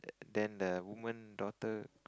then the woman daughter